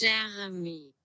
Jeremy